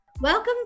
Welcome